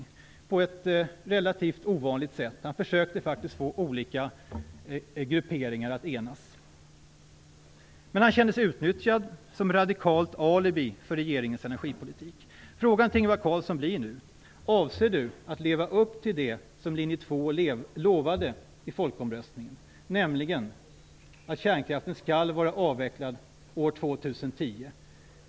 Han arbetade på ett relativt ovanligt sätt; han försökte faktiskt få olika grupperingar att enas. Han kände sig dock utnyttjad som radikalt alibi för regeringens energipolitik. Min fråga till Ingvar Carlsson blir nu om han avser att leva upp till det som linje 2 lovade i folkomröstningen, nämligen att kärnkraften skall vara avvecklad år 2010.